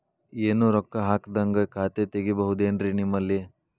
ಏನು ರೊಕ್ಕ ಹಾಕದ್ಹಂಗ ಖಾತೆ ತೆಗೇಬಹುದೇನ್ರಿ ನಿಮ್ಮಲ್ಲಿ?